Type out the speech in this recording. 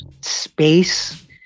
space